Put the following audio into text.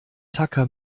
tacker